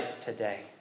today